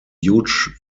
huge